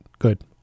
Good